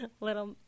little